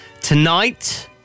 Tonight